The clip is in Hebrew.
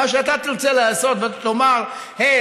מה שאתה תרצה לעשות ואתה תאמר: הי,